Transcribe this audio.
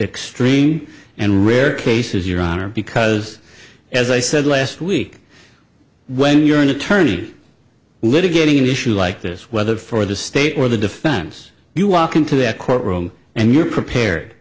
extreme and rare cases your honor because as i said last week when you're an attorney litigating issues like this whether for the state or the defense you walk into that courtroom and you're prepared